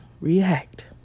react